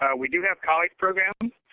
we do have college programs.